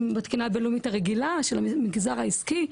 בתקינה הבינלאומית הרגילה של המגזר העסקי,